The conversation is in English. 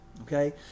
Okay